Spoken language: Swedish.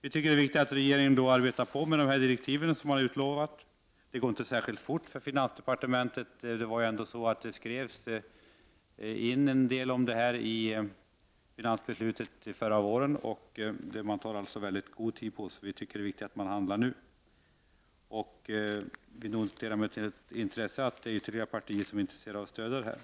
Vi tycker att det är viktigt att regeringen arbetar med de direktiv som man har utlovat. Det går inte särskilt fort. En del om detta skrevs in i finansbeslutet förra våren, och man tar alltså mycket god tid på sig. Vi tycker att det är viktigt att man handlar nu. Vi noterar med intresse att det finns ytterligare partier som är intresserade av att stödja detta.